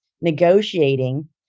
negotiating